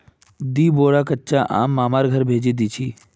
दी बोरा कच्चा आम मामार घर भेजे दीछि